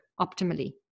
optimally